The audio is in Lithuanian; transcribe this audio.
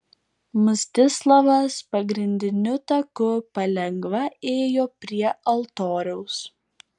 mstislavas pagrindiniu taku palengva ėjo prie altoriaus